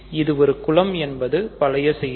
இது ஒரு குலம் என்பது பழைய செய்தி